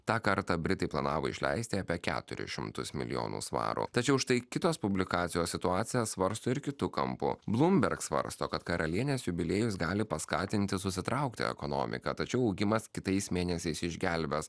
tą kartą britai planavo išleisti apie keturis šimtus milijonų svarų tačiau štai kitos publikacijos situaciją svarsto ir kitu kampu bloomberg svarsto kad karalienės jubiliejus gali paskatinti susitraukti ekonomiką tačiau augimas kitais mėnesiais išgelbės